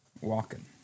walking